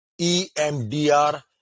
EMDR